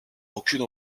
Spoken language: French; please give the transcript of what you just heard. aucune